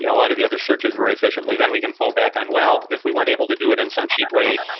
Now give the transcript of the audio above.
yeah a lot of the other searches very efficiently, then we can fall back on, well, if we weren't able to do it in some cheap way,